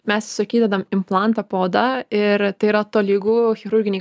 mes tiesiog įdedam implantą po oda ir tai yra tolygu chirurginei